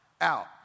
out